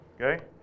Okay